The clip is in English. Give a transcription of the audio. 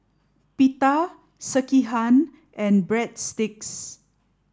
Pita Sekihan and Breadsticks